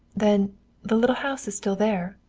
then the little house is still there?